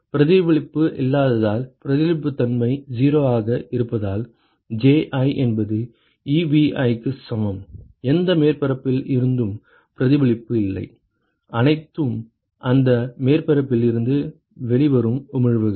பிரதிபலிப்பு இல்லாததால் பிரதிபலிப்புத்தன்மை 0 ஆக இருப்பதால் Ji என்பது Ebi க்கு சமம் எந்த மேற்பரப்பில் இருந்தும் பிரதிபலிப்பு இல்லை அனைத்தும் அந்த மேற்பரப்பில் இருந்து வெளிவரும் உமிழ்வுகள்